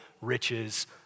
riches